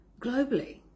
globally